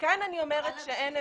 וכאן אני אומרת שאין הבדל.